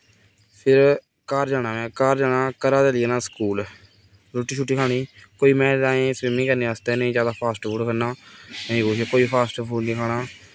फिर घर जाना में घर जाना घरा लेई जाना स्कूल रुट्टी शुट्टी खानी कोई में स्विमिंग करने आस्तै निं जादा फॉस्ट फूड खन्नां नेईं कुछ कोई फॉस्ट फूड निं खाना